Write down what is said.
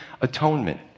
atonement